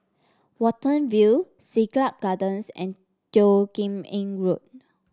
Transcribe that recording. Watten View Siglap Gardens and Teo Kim Eng Road